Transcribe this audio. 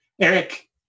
Eric